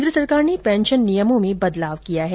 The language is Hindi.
केन्द्र सरकार ने पेंशन नियमों में बदलाव किया है